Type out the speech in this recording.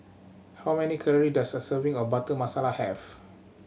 how many calorie does a serving of Butter Masala have